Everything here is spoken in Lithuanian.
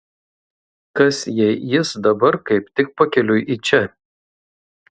kas jei jis dabar kaip tik pakeliui į čia